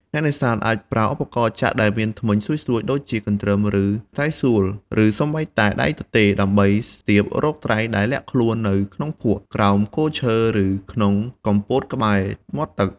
អ្នកនេសាទអាចប្រើឧបករណ៍ចាក់ដែលមានធ្មេញស្រួចៗ ដូចជាកន្ទ្រឹម ឬត្រីសូល ឬសូម្បីតែដៃទទេដើម្បីស្ទាបរកត្រីដែលលាក់ខ្លួននៅក្នុងភក់ ក្រោមគល់ឈើ ឬក្នុងគុម្ពោតក្បែរមាត់ទឹក។